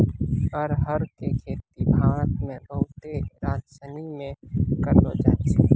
अरहर के खेती भारत मे बहुते राज्यसनी मे करलो जाय छै